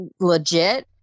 legit